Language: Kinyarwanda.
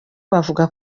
bavuga